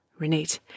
Renate